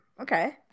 Okay